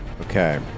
Okay